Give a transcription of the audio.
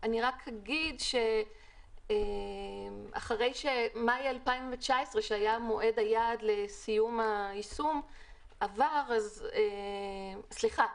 אני רק אגיד שאחרי שמאי 2019 שהיה מועד היעד לסיום היישום עבר סליחה,